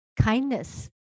Kindness